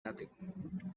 nothing